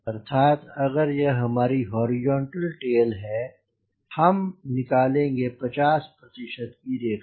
अर्थात अगर यह हमारी हॉरिजॉन्टल टेल है हम निकालेंगे 50 प्रतिशत की रेखा